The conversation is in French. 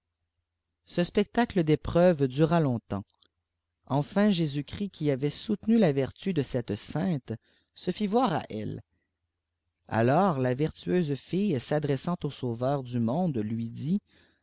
ce spectacle d'épreuves dura longtemps enfin jésus-christ qui avait soutenu la vertu de cette sainte se fit voir à elle alojs la vertueuse fille s'adressant au sauveur du monde lui dit